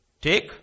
take